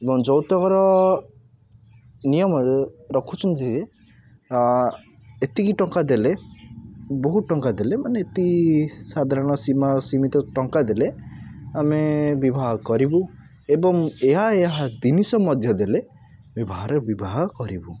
ଏବଂ ଯୌତୁକର ନିୟମରେ ରଖୁଛନ୍ତି ଯେ ଏତିକି ଟଙ୍କା ଦେଲେ ବହୁତ ଟଙ୍କା ଦେଲେ ମାନେ ଏତିକି ସାଧାରଣ ସୀମା ସୀମିତ ଟଙ୍କା ଦେଲେ ଆମେ ବିବାହ କରିବୁ ଏବଂ ଏହା ଏହା ଜିନିଷ ମଧ୍ୟ ଦେଲେ ବିବାହରେ ବିବାହ କରିବୁ